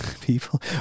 People